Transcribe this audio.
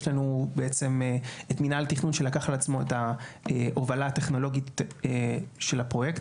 יש לנו את מינהל תכנון שלקח על עצמו את ההובלה הטכנולוגיות של הפרויקט,